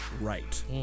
right